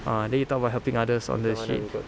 ah then you talk about helping others on the street